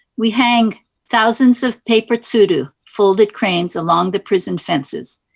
we hang thousands of paper tsudu, folded koreans along the prison fences,